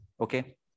Okay